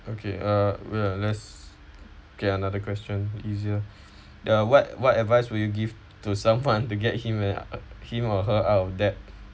okay uh wait ah let's get another question easier ya what what advice would you give to someone to get him uh him or her out of debt